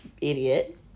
Idiot